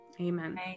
amen